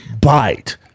bite